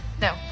No